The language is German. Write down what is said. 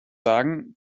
sagen